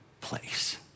place